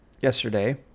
yesterday